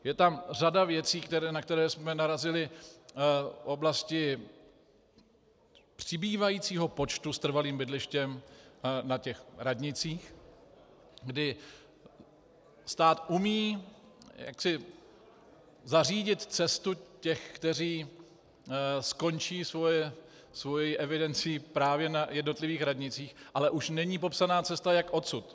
Je tam řada věcí, na které jsme narazili v oblasti přibývajícího počtu s trvalým bydlištěm na těch radnicích, kdy stát umí zařídit cestu těch, kteří skončí svoji evidenci právě na jednotlivých radnicích, ale už není popsaná cesta, jak odsud.